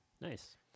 Nice